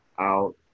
out